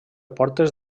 portes